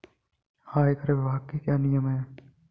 आयकर विभाग के क्या नियम हैं?